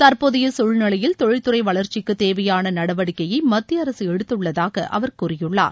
தற்போதைய சசூழ்நிலையில் தொழில்துறை வளர்ச்கிக்கு தேவையான நடவடிக்கையை மத்திய அரசு எடுத்துள்ளதாக அவர் கூறியுள்ளார்